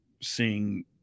seeing